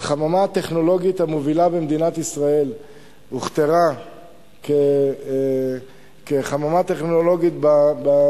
החממה הטכנולוגית באריאל הוכתרה כחממה הטכנולוגית המובילה במדינת ישראל,